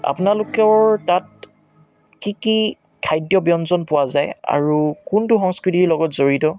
আপোনালোকৰ তাত কি কি খাদ্য ব্যঞ্জন পোৱা যায় আৰু কোনটো সংস্কৃতিৰ লগত জড়িত